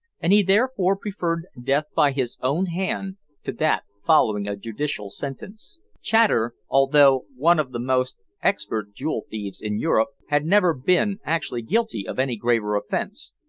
and he therefore preferred death by his own hand to that following a judicial sentence. chater, although one of the most expert jewel thieves in europe, had never been actually guilty of any graver offense,